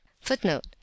footnote